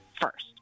first